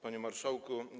Panie Marszałku!